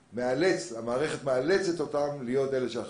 המערכת מאלצת אותם להיות אחראים.